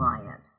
client